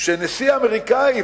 שנשיא אמריקני,